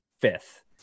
fifth